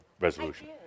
resolution